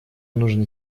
нужно